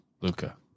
luca